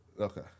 Okay